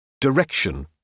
direction